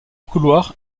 couloir